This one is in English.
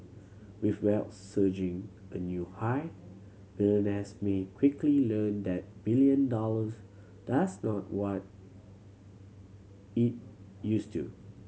with wealth surging a new high billionaires may quickly learn that billion dollars does not what it used to